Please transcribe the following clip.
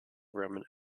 roman